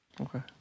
Okay